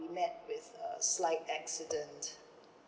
we met with a slight accident